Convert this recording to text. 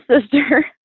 sister